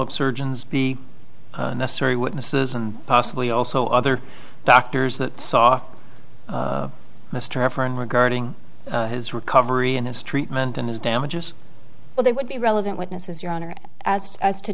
up surgeons be necessary witnesses and possibly also other doctors that saw a staffer in regarding his recovery and his treatment and his damages well they would be relevant witnesses your honor as to as to